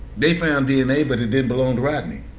they found dna but it didn't belong to rodney.